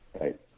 Right